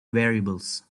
variables